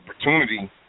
opportunity